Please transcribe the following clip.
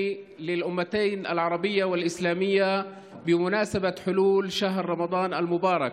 אל האומה הערבית והמוסלמית לרגל חודש הרמדאן המבורך.